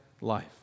life